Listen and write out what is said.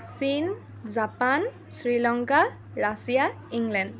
চীন Japan Sri Lanka Russia England